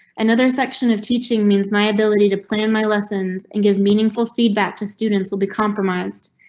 another section of teaching means my ability to plan my lessons and give meaningful feedback to students will be compromised.